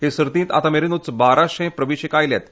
हे सर्तींत आतां मेरेनूच बाराशें प्रवेशिका आयल्यात